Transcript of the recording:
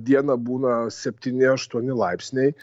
dieną būna septyni aštuoni laipsniai